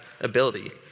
ability